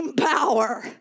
power